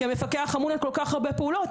כי המפקח אמון על כל כך הרבה פעולות,